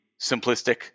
simplistic